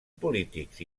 polítics